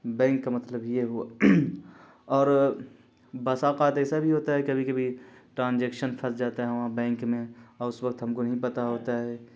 bank کا مطلب یہ ہوا اور بسا اوقات ایسا بھی ہوتا ہے کبھی کبھی ٹرانزیکشن پھنس جاتا ہے وہاں بینک میں اور اس وقت ہم کو نہیں پتہ ہوتا ہے